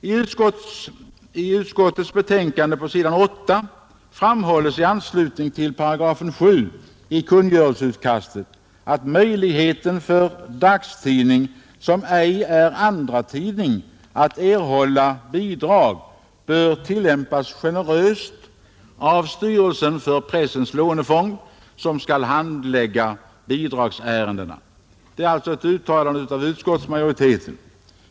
På s. 8 i konstitutionsutskottets betänkande framhålles i anslutning till 7 8 i kungörelseutkastet att möjligheten för dagstidning som ej är andratidning att erhålla bidrag bör tillämpas generöst av styrelsen för pressens lånefond, som skall handlägga bidragsärendena, Det är alltså ett uttalande av utskottsmajoriteten.